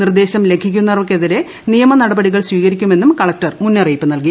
നിർദ്ദേശം ലംഘിക്കുന്നവർക്കെതിര്ക് നിയമനടപടികൾ സ്വീകരിക്കുമെന്നും കലക്ടർ മുന്നറിയ്ക്കിപ്പ് നൽകി